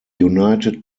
united